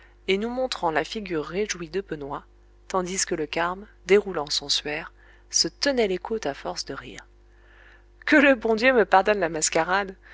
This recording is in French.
et nous montrant la figure réjouie de benoît tandis que le carme déroulant son suaire se tenait les côtes à force de rire que le bon dieu me pardonne la mascarade